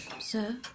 Sir